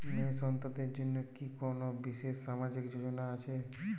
মেয়ে সন্তানদের জন্য কি কোন বিশেষ সামাজিক যোজনা আছে?